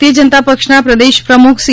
ભારતીય જનતા પક્ષના પ્રદેશ પ્રમુખ સી